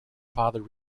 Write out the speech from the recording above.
father